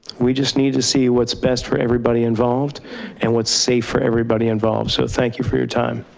we just need to see what's best for everybody involved and what's safe for everybody involved, so thank you for your time.